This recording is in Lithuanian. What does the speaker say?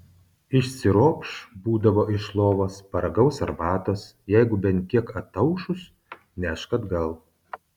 išsiropš būdavo iš lovos paragaus arbatos jeigu bent kiek ataušus nešk atgal